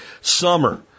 summer